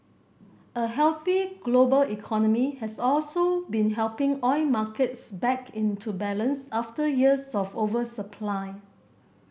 a healthy global economy has also been helping oil markets back into balance after years of oversupply